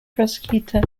prosecutor